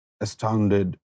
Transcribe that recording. astounded